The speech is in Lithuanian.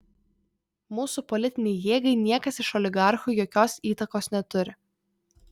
mūsų politinei jėgai niekas iš oligarchų jokios įtakos neturi